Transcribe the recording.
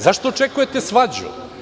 Zašto očekujete svađu?